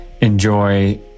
enjoy